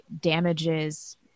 damages